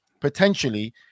potentially